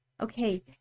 okay